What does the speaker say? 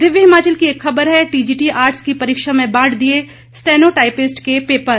दिव्य हिमाचल की एक खबर है टीजीटी आर्ट्स की परीक्षा में बांट दिये स्टेनो टाइपिस्ट के पेपर